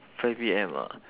five P_M ah